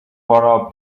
бороо